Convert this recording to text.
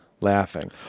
laughing